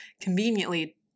conveniently